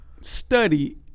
study